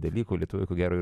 dalykų lietuvių ko gero ir